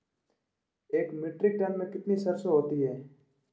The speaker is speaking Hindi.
एक मीट्रिक टन में कितनी सरसों होती है?